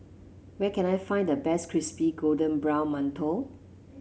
where can I find the best Crispy Golden Brown Mantou